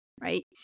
right